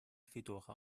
fedora